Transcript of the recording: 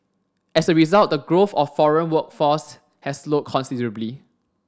as a result the growth of foreign workforce has slowed considerably